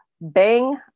Bang